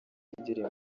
bigira